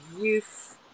youth